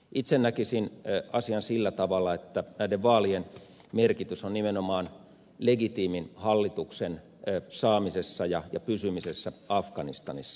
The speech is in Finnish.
itse näkisin asian sillä tavalla että näiden vaalien merkitys on nimenomaan legitiimin hallituksen saamisessa ja pysymisessä afganistanissa